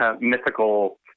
mythical